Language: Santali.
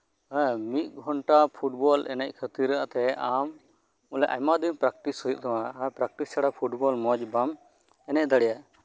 ᱦᱮᱸ ᱢᱤᱫ ᱜᱷᱚᱱᱴᱟ ᱯᱷᱩᱴᱵᱚᱞ ᱮᱱᱮᱡ ᱠᱷᱟᱛᱤᱨ ᱛᱮ ᱟᱢ ᱟᱭᱢᱟ ᱫᱤᱱ ᱯᱨᱮᱠᱴᱤᱥ ᱦᱳᱭᱳᱜ ᱛᱟᱢᱟ ᱯᱨᱮᱠᱴᱤᱥ ᱪᱷᱟᱲᱟ ᱟᱢ ᱯᱷᱩᱴᱵᱚᱞ ᱢᱚᱸᱡᱽ ᱵᱟᱢ ᱮᱱᱮᱡ ᱫᱟᱲᱮᱭᱟᱜᱼᱟ